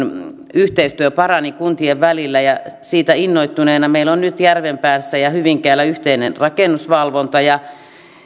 yhteistyö parani kuntien välillä ja siitä innoittuneena meillä on nyt järvenpäässä ja hyvinkäällä yhteinen rakennusvalvonta ja